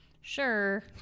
Sure